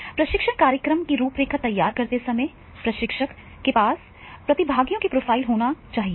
प्रशिक्षण कार्यक्रम की रूपरेखा तैयार करते समय प्रशिक्षक के पास प्रतिभागियों का प्रोफाइल होना चाहिए